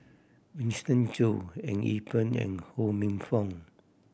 Winston Choo Eng Yee Peng and Ho Minfong